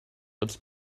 its